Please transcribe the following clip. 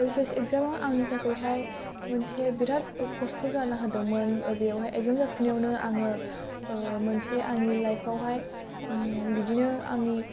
ओइस एस इगजामा आंनि थाखायहाय मोनसे बिराथ खस्थ' जाना होदोंमोन बावहाय इगजाम जाफुनायव आङो मोनसे आंनि लाइफावहाय बिदिनो आंनि